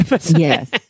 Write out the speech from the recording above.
Yes